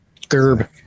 Gerb